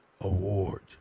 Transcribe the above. award